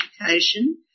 education